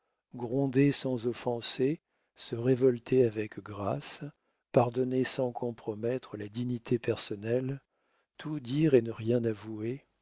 gronder sans offenser se révolter avec grâce pardonner sans compromettre la dignité personnelle tout dire et ne rien avouer